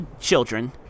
children